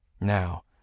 Now